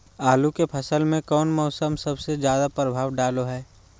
आलू के फसल में कौन मौसम सबसे ज्यादा प्रभाव डालो हय?